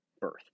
birth